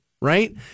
Right